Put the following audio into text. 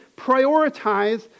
prioritize